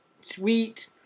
sweet